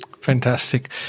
Fantastic